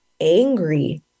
angry